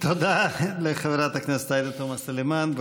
תודה לחברת הכנסת עאידה תומא סלימאן.